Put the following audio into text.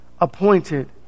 appointed